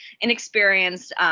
inexperienced